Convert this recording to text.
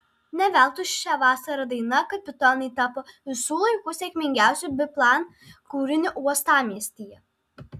ne veltui šią vasarą daina kapitonai tapo visų laikų sėkmingiausiu biplan kūriniu uostamiestyje